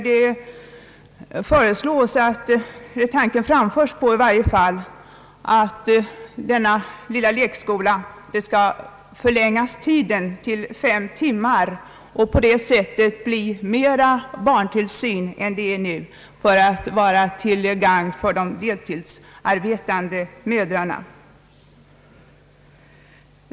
Det föreslås, eller den tanken framföres i varje fall, att tiden i lekskolan skall förlängas till fem timmar för att på det sättet få en mera utvidgad barntillsyn till gagn för de deltidsarbetande mödrarna.